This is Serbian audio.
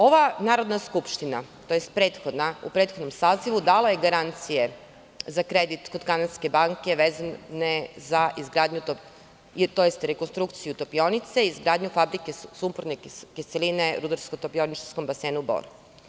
Ova narodna skupština, tj. prethodna, u prethodnom sazivu dala je garancije za kredit kod Kanadske banke, vezano za izgradnju, tj. rekonstrukciju Topionice i izgradnju Fabrike sumporne kisele u Rudarsko-topioničarskom basenu Bor.